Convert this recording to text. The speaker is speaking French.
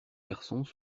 garçons